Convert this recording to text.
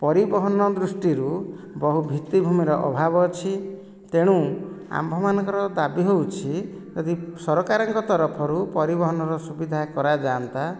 ପରିବହନ ଦୃଷ୍ଟିରୁ ବହୁ ଭିତ୍ତିଭୂମିର ଅଭାବ ଅଛି ତେଣୁ ଆମ୍ଭମାନଙ୍କର ଦାବି ହେଉଛି ଯଦି ସରକାରଙ୍କ ତରଫରୁ ପରିବହନର ସୁବିଧା କରାଯାଆନ୍ତା